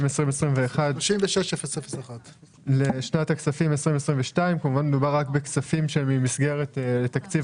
2021 לשנת הכספים 2022. מדובר בכספים שהם ממסגרת תקציב